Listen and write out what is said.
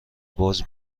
باز